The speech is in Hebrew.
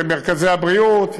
למרכזי הבריאות,